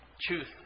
truth